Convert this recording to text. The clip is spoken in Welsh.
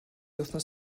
wythnos